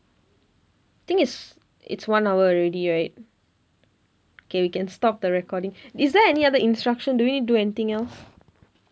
I think it's it's one hour already right okay we can stop the recording is there any other instructions do we need to do anything else